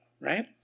right